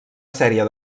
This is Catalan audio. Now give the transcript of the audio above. sèrie